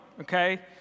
okay